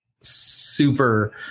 super